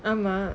I'm a